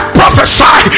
prophesy